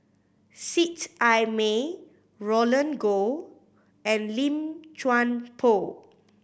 Seet Ai Mee Roland Goh and Lim Chuan Poh